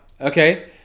Okay